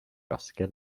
raske